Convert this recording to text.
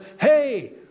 Hey